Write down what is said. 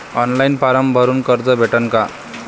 Online form भरून कर्ज भेटन का?